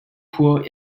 poor